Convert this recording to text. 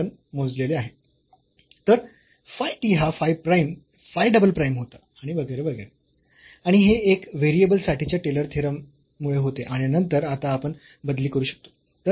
तर phi t हा phi prime phi double prime होता आणि वगैरे वगैरे आणि हे एक व्हेरिएबल साठीच्या टेलरच्या थेरम मुळे होते आणि नंतर आता आपण बदली करू शकतो